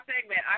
segment